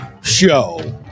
show